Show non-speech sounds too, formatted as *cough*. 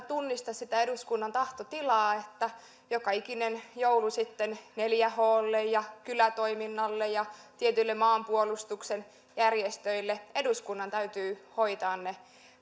*unintelligible* tunnista sitä eduskunnan tahtotilaa niin että joka ikinen joulu sitten neljä h lle ja kylätoiminnalle ja tietyille maanpuolustuksen järjestöille eduskunnan täytyy hoitaa ne